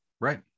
Right